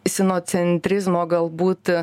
sinocentrizmo galbūt